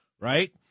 right